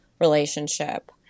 relationship